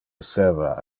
esseva